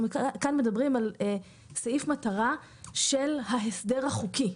מדובר בסעיף מטרה של ההסדר החוקי.